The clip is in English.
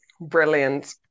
Brilliant